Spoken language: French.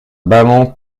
ballon